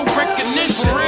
recognition